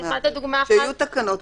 כשיהיו תקנות,